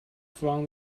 from